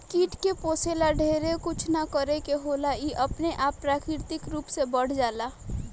कीट के पोसे ला ढेरे कुछ ना करे के होला इ अपने आप प्राकृतिक रूप से बढ़ जाला